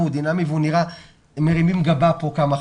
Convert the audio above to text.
הוא דינמי כי כמה חברים כאן מרימים גבה.